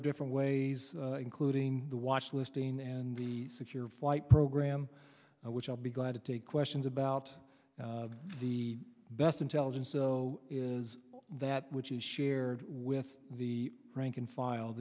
of different ways including the watch listing and the secure flight program which i'll be glad to take questions about the best intelligence so is that which is shared with the rank and file